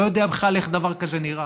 אני לא יודע בכלל איך דבר כזה נראה.